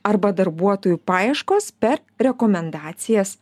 arba darbuotojų paieškos per rekomendacijas